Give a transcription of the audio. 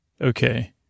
Okay